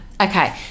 Okay